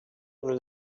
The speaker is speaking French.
nous